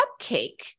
cupcake